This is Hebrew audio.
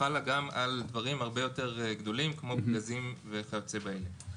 חלה גם על דברים הרבה יותר גדולים כמו פגזים וכיוצא באלה.